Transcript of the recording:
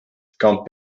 come